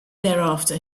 thereafter